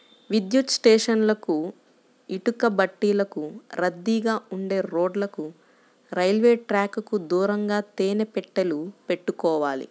విద్యుత్ స్టేషన్లకు, ఇటుకబట్టీలకు, రద్దీగా ఉండే రోడ్లకు, రైల్వే ట్రాకుకు దూరంగా తేనె పెట్టెలు పెట్టుకోవాలి